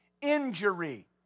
Injury